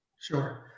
Sure